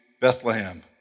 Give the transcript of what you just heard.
Bethlehem